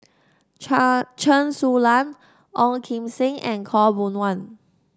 Chen Su Lan Ong Kim Seng and Khaw Boon Wan